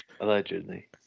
Allegedly